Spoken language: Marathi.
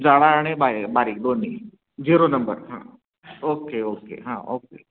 जाडा आणि बाहेर बारीक दोन्हीही झिरो नंबर हां ओके ओके हां ओके